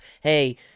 hey